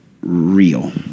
real